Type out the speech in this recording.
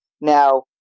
Now